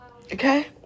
okay